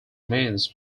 means